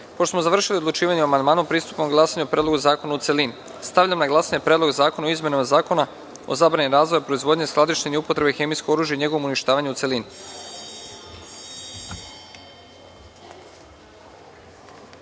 smo završili odlučivanje o amandmanu, pristupamo glasanju o Predlogu zakona o celini. Stavljam na glasanje Predlog zakona o izmenama Zakona o zabrani razvoja, proizvodnje, skladištenja i upotrebe himijskog oružja i o njegovom uništavanju, u celini. Molim